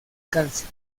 calcio